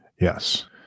Yes